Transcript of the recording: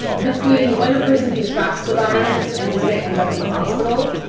between when a person contracts the virus and when they end up in the hospital.